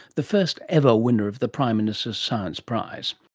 the first ever winner of the prime minister's science prize